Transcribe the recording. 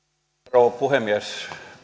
rouva puhemies